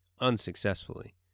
unsuccessfully